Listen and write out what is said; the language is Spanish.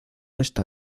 está